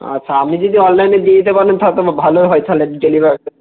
আচ্ছা আপনি যদি অনলাইনে দিয়ে দিতে পারেন তাহলে তো ভালই হয় তাহলে ডেলিভার